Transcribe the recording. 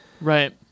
right